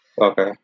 Okay